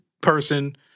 person